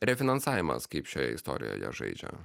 refinansavimas kaip šioje istorijoje žaidžia